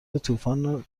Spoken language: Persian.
طوفان